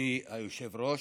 אדוני היושב-ראש,